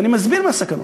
ואני מסביר מה הסכנות,